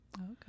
okay